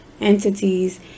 entities